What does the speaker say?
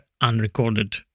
unrecorded